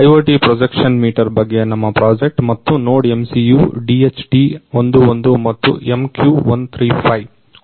IoTಪ್ರೊಜೆಕ್ಷನ್ meter ಬಗ್ಗೆ ನಮ್ಮ project ಮತ್ತು NodeMCU DHT11 ಮತ್ತು MQ135 ಉಪಯೋಗಿಸುತ್ತಿದ್ದೇವೆ